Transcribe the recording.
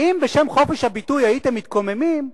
האם בשם חופש הביטוי הייתם מתקוממים?